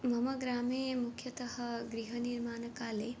मम ग्रामे मुख्यतः गृहनिर्माणकाले